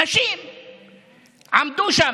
נשים עמדו שם.